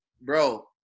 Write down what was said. Bro